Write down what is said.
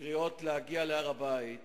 קריאות להגיע להר-הבית,